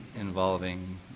involving